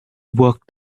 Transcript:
work